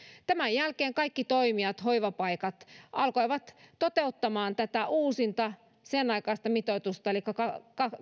tämän jälkeen kaikki toimijat hoivapaikat alkoivat toteuttamaan tätä uusinta senaikaista mitoitusta elikkä